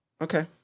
okay